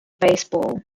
baseball